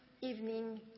evening